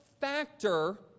factor